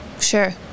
Sure